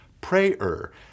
prayer